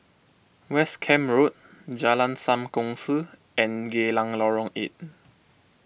West Camp Road Jalan Sam Kongsi and Geylang Lorong eight